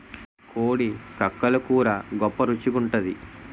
కోడి కక్కలు కూర గొప్ప రుచి గుంటాది